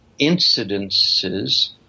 incidences